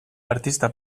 artista